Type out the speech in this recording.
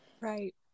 Right